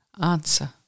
Answer